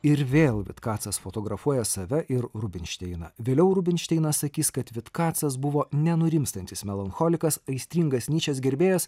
ir vėl vitkacas fotografuoja save ir rubinšteiną vėliau rubinšteinas sakys kad vitkacas buvo nenurimstantis melancholikas aistringas nyčės gerbėjas